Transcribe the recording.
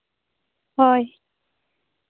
ᱦᱳᱭ